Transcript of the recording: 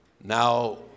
Now